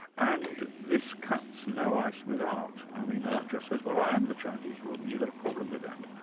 and this cuts no ice with art. i mean art just says, well i am the chinese room. you got a problem with that?